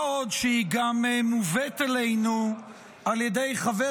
מה עוד שהיא מובאת אלינו על ידי חבר